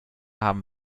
haben